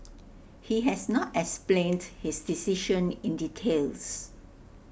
he has not explained his decision in details